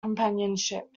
companionship